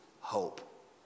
hope